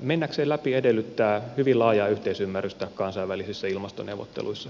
mennäkseen läpi edellyttää hyvin laajaa yhteisymmärrystä kansainvälisissä ilmastoneuvotteluissa